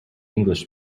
english